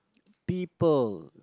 people